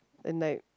and like